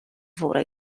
fore